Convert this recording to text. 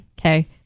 okay